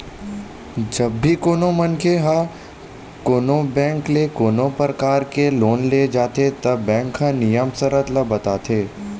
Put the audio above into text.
जब भी कोनो मनखे ह कोनो बेंक ले कोनो परकार के लोन ले जाथे त बेंक ह नियम सरत ल बताथे